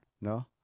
no